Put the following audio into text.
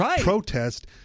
Protest